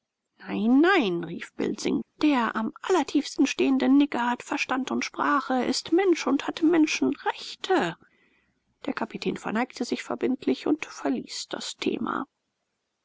nein nein rief bilsing der am allertiefsten stehende nigger hat verstand und sprache ist mensch und hat menschenrechte der kapitän verneigte sich verbindlich und verließ das thema